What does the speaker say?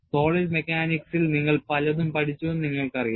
solid മെക്കാനിക്സിൽ നിങ്ങൾ പലതും പഠിച്ചുവെന്ന് നിങ്ങൾക്കറിയാം